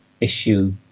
issue